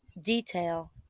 detail